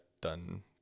done